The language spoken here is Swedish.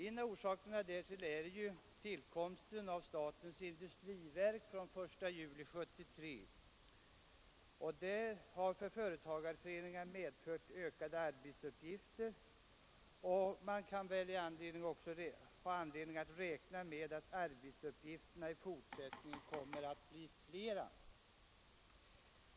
En av orsakerna därtill är tillkomsten av statens industriverk från den 1 juli 1973. Det har för företagareföreningarna medfört ökade arbetsuppgifter, och man kan väl också ha anledning att räkna med att arbetsuppgifterna i fortsättningen kommer att bli fler.